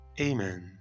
Amen